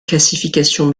classifications